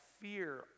fear